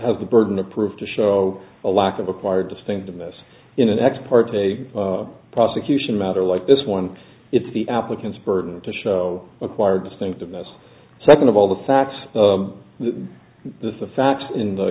have the burden of proof to show a lack of a prior distinctiveness in an ex parte of prosecution matter like this one it's the applicant's burden to show acquired distinctiveness second of all the facts than this the facts in the